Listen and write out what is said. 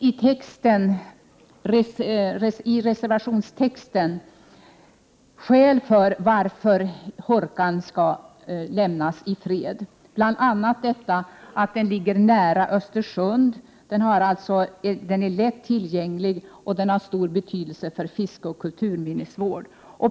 I reservationstexten anges skälen för att Hårkan skall lämnas i fred, bl.a. detta att den ligger nära Östersund. Den är lätt tillgänglig och den har stor betydelse för fiske och kulturminnesvård.